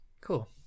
Cool